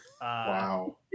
wow